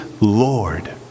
Lord